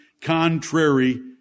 contrary